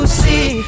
see